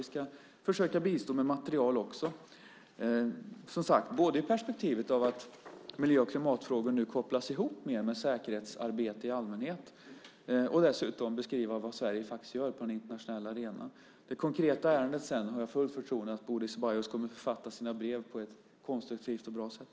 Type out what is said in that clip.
Vi ska också försöka bistå med material, både i perspektivet att miljö och klimatfrågor kopplas ihop med säkerhetsarbetet i allmänhet och att beskriva vad Sverige faktiskt gör på den internationella arenan. I det konkreta ärendet har jag fullt förtroende för att Bodil Ceballos kommer att författa sina brev på ett konstruktivt och bra sätt.